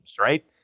right